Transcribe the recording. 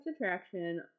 attraction